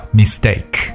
mistake